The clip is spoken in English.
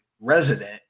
resident